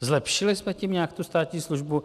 Zlepšili jsme tím nějak tu státní službu?